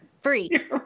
Free